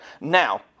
Now